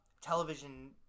television